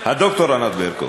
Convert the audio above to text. הד"ר ענת ברקו.